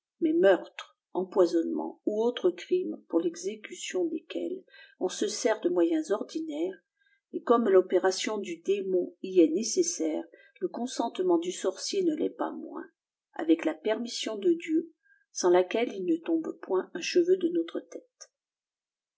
mais meurtre empoisonnement ou autre crime pour l'eiéçqtion desquels on se sert de moyens ordinaires et comme l'opération du démon y est nécessaire le consentement du sorcier ne l'est pas moins avec la permission de dieu sans laquelle il ne tombe point un cheveu de notre tête